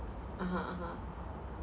(uh huh) (uh huh)